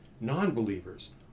Non-believers